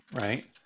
right